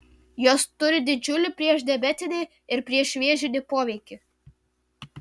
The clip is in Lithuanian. jos turi didžiulį priešdiabetinį ir priešvėžinį poveikį